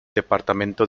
departamento